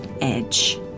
edge